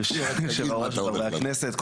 שלום לכל חברי הכנסת,